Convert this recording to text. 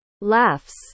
Laughs